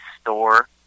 store